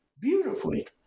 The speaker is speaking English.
beautifully